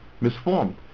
misformed